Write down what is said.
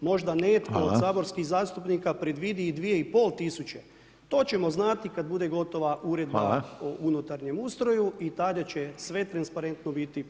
možda netko [[Upadica: Hvala]] od saborskih zastupnika predvidi i 2500, to ćemo znati kada bude gotova [[Upadica: Hvala]] Uredba o unutarnjem ustroju i tada će sve transparentno biti podastrto u javnosti.